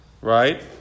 Right